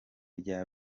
rya